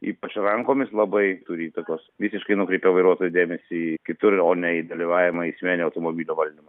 ypač rankomis labai turi įtakos visiškai nukreipia vairuotojo dėmesį į kitur o ne į dalyvavimą eisme ne automobilio valdymą